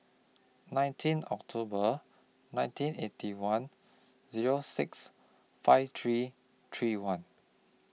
nineteen October nineteen Eighty One Zero six five three three one